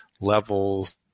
levels